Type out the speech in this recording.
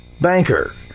banker